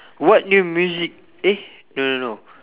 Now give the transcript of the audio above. what new music eh no no no